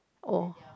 oh